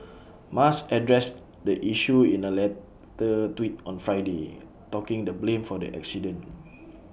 musk addressed the issue in A later tweet on Friday talking the blame for the accident